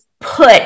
put